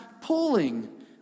pulling